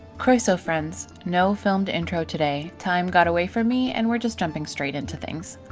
croeso friends! no filmed intro today, time got away from me and we're just jumping straight into things.